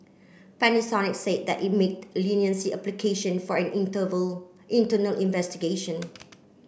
Panasonic said that it made leniency application for an interval internal investigation